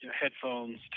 headphones